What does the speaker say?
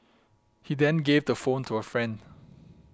he then gave the phone to a friend